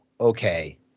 okay